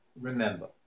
remember